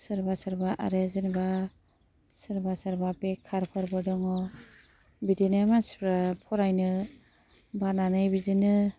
सोरबा सोरबा आरो जेन'बा सोरबा सोरबा बेखारफोरबो दङ बिदिनो मानसिफ्रा फरायनो बानानै बिदिनो